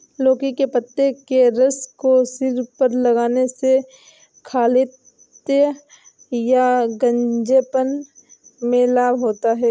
लौकी के पत्ते के रस को सिर पर लगाने से खालित्य या गंजेपन में लाभ होता है